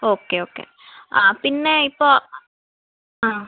okay okay ആ പിന്നെ ഇപ്പോള് ആ